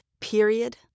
Period